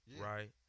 right